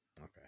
Okay